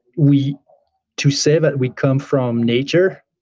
we to say that we come from nature,